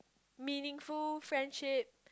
meaningful friendship